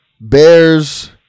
Bears